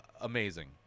amazing